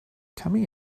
come